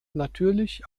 natürlich